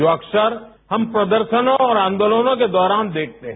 जो अक्सर हम प्रदर्शनों और आंदोलनों के दौरान देखते हैं